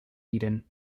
eden